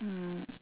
mm